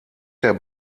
der